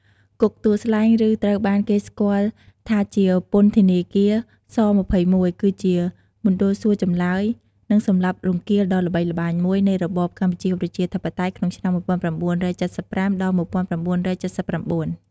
គុកទួលស្លែង ឬត្រូវបានគេស្គាល់ថាជាពន្ធធនាគារ ស-២១ គឺជាមណ្ឌលសួរចម្លើយ និងសម្លាប់រង្គាលដ៏ល្បីល្បាញមួយនៃរបបកម្ពុជាប្រជាធិបតេយ្យ ក្នុងឆ្នាំ១៩៧៥ ដល់ ១៩៧៩។